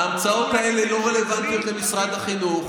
ההמצאות האלה לא רלוונטיות למשרד החינוך,